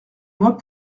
moi